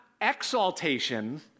exaltation